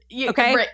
Okay